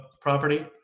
property